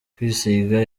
kwisiga